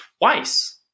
twice